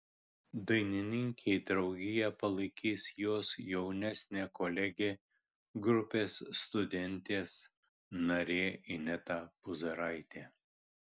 dainininkei draugiją palaikys jos jaunesnė kolegė grupės studentės narė ineta puzaraitė